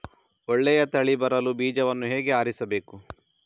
ಒಳ್ಳೆಯ ತಳಿ ಬರಲು ಬೀಜವನ್ನು ಹೇಗೆ ಆರಿಸಬೇಕು?